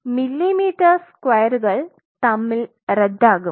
ഇവിടെ മില്ലിമീറ്റർ സ്ക്വയറുകൾ തമ്മിൽ റദ്ദാകും